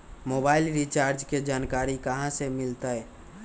Mobile recharge के जानकारी कहा से मिलतै?